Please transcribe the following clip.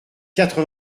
quatre